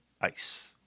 ice